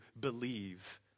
believe